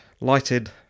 lighted